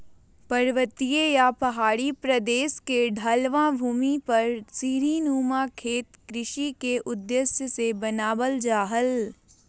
पर्वतीय या पहाड़ी प्रदेश के ढलवां भूमि पर सीढ़ी नुमा खेत कृषि के उद्देश्य से बनावल जा हल